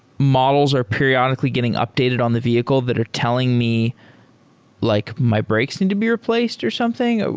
models are periodically getting updated on the vehicle that are telling me like my brakes need to be replaced or something?